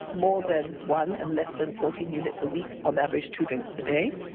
more than one and less than fourteen units a week, on average two drinks a day,